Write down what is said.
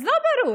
אז לא ברור,